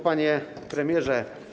Panie Premierze!